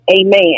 Amen